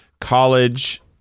college